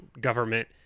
government